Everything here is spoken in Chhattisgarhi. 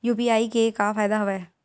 यू.पी.आई के का फ़ायदा हवय?